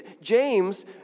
James